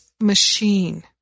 machine